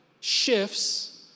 shifts